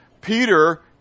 Peter